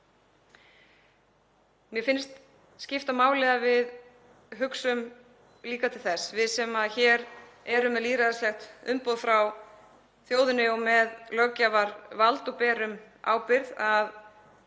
Mér finnst skipta máli að við hugsum líka til þess, við sem hér erum með lýðræðislegt umboð frá þjóðinni og með löggjafarvald og berum ábyrgð, að